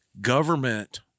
government